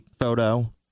photo